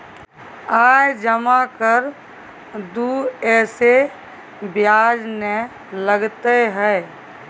आय जमा कर दू ऐसे ब्याज ने लगतै है?